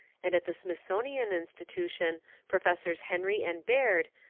and at the smithsonian institution professors henry and baird,